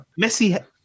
Messi